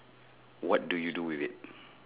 what do you do with it